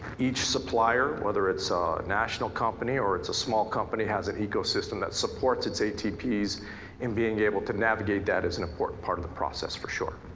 each supplier, whether it's ah a national company or it's a small company has a ecosystem that supports it's atp's in being able to navigate that as an important part of the process for sure.